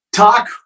Talk